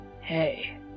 Hey